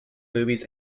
movies